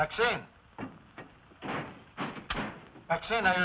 accent accent